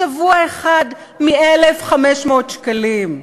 שבוע אחד, ב-1,500 שקלים.